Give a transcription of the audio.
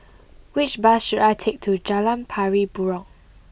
which bus should I take to Jalan Pari Burong